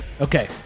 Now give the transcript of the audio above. Okay